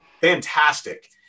fantastic